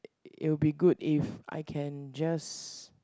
it'll be good if I can just